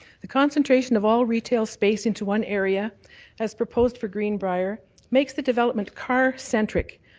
the concentration of all retail space into one area as proposed for green briar makes the development car cent rick,